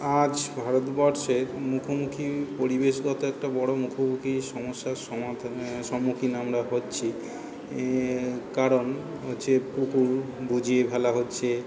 আজ ভারতবর্ষের মুখোমুখি পরিবেশগত একটা বড়ো মুখোমুখি সমস্যার সমাধানের সন্মুখীন আমরা হচ্ছি এ কারণ হচ্ছে পুকুর বুজিয়ে ফেলা হচ্চে